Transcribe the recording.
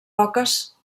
poques